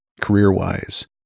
career-wise